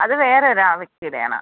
അത് വേറൊരു വ്യക്തിയുടേതാണ്